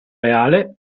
reale